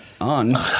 on